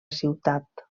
ciutat